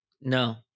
No